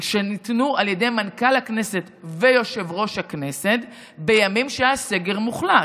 שניתנו על ידי מנכ"ל הכנסת ויושב-ראש הכנסת בימים שהיה סגר מוחלט,